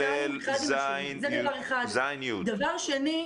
דבר שני,